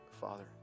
Father